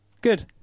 Good